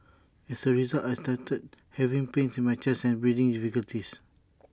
as A result I started having pains in my chest and breathing difficulties